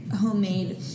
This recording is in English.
homemade